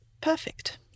Perfect